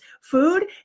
food